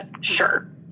Sure